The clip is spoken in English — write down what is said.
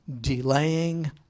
delaying